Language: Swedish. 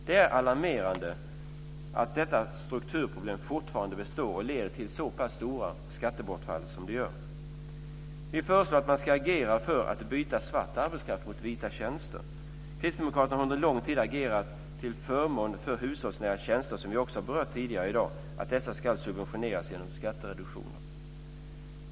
Det är alarmerande att detta strukturproblem fortfarande består och leder till så pass stora skattebortfall. Vi föreslår att man ska agera för att byta svart arbetskraft mot vita tjänster. Kristdemokraterna har under lång tid agerat till förmån för hushållsnära tjänster, som vi också har berört tidigare i dag. Vi har agerat för att dessa ska subventioneras genom skattereduktioner.